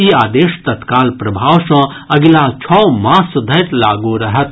ई आदेश तत्काल प्रभाव सँ अगिला छओ मास धरि लागू रहत